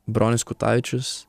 bronius kutavičius